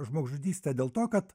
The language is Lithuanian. žmogžudystę dėl to kad